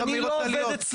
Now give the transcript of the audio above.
אדוני, אבל אני לא עובד אצלך,